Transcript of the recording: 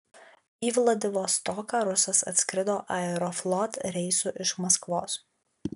į vladivostoką rusas atskrido aeroflot reisu iš maskvos